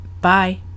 bye